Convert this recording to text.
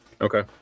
Okay